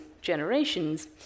generations